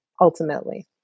ultimately